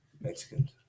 Mexicans